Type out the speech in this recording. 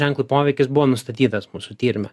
ženklui poveikis buvo nustatytas mūsų tyrime